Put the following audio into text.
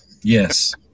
yes